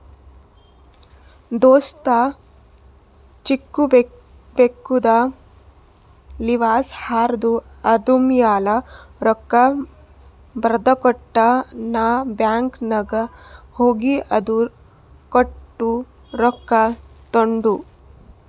ದೋಸ್ತ ಚೆಕ್ಬುಕ್ದು ಲಿವಸ್ ಹರ್ದು ಅದೂರ್ಮ್ಯಾಲ ರೊಕ್ಕಾ ಬರ್ದಕೊಟ್ಟ ನಾ ಬ್ಯಾಂಕ್ ನಾಗ್ ಹೋಗಿ ಅದು ಕೊಟ್ಟು ರೊಕ್ಕಾ ತೊಂಡು